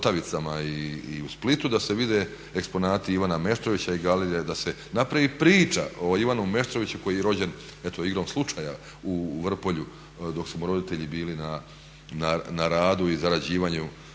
i u Splitu da se vide eksponati Ivana Meštrovića i galerija da se napravi priča o Ivanu Meštroviću koji je rođen, eto igrom slučaja u Vrpolju dok su mu roditelji bili na radu i zarađivanju